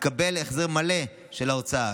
יתקבל החזר מלא של ההוצאה,